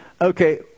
Okay